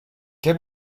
què